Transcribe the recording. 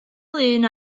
lun